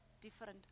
different